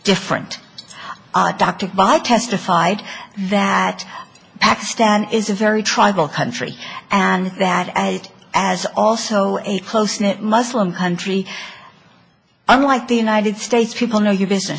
different doctor by testified that pakistan is a very tribal country and that as it as also a close knit muslim country unlike the united states people know your business